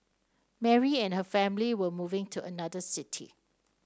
Mary and her family were moving to another city